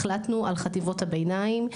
החלטנו על חטיבות הביניים,